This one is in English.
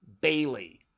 Bailey